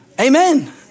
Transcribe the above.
Amen